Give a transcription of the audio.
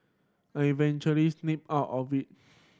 I eventually snapped out of it